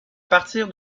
partir